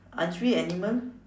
aren't we animals